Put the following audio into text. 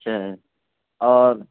اچھا اور